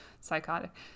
psychotic